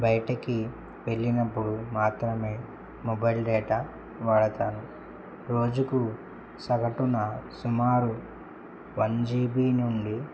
బయటకి వెళ్ళినప్పుడు మాత్రమే మొబైల్ డేటా వాడుతాను రోజుకు సగటున సుమారు వన్ జీబీ నుండి